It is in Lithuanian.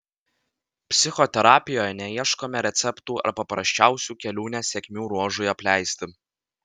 psichoterapijoje neieškome receptų ar paprasčiausių kelių nesėkmių ruožui apleisti